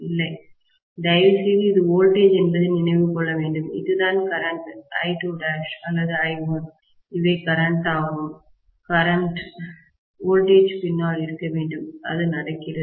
இல்லை தயவுசெய்து இது வோல்டேஜ் என்பதை நினைவில் கொள்ளவேண்டும் இது தான் கரண்ட்I2' அல்லது I1 இவை கரண்ட் ஆகும் கரண்ட் வோல்டேஜ் பின்னால் இருக்க வேண்டும் அது நடக்கிறது